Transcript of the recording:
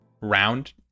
round